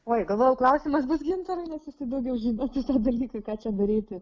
oi galvojau klausimas bus gintarui nes jisai daugiau žino šitą dalyką ką čia daryti